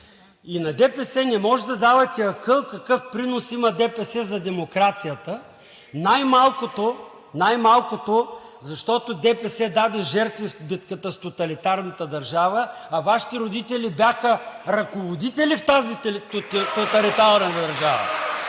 И на ДПС не може да давате акъл, какъв принос има ДПС за демокрацията, най-малкото защото ДПС даде жертви в битката с тоталитарната държава, а Вашите родители бяха ръководители в тази тоталитарна държава.